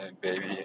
baby